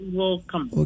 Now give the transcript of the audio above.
welcome